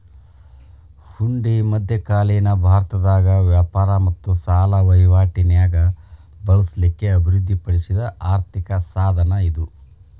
ಹುಂಡಿ ಮಧ್ಯಕಾಲೇನ ಭಾರತದಾಗ ವ್ಯಾಪಾರ ಮತ್ತ ಸಾಲ ವಹಿವಾಟಿ ನ್ಯಾಗ ಬಳಸ್ಲಿಕ್ಕೆ ಅಭಿವೃದ್ಧಿ ಪಡಿಸಿದ್ ಆರ್ಥಿಕ ಸಾಧನ ಇದು